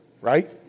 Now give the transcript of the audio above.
right